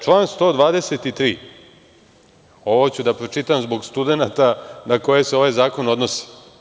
Član 123, ovo ću da pročitam zbog studenata na koje se ovaj zakon odnosi.